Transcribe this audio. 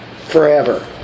forever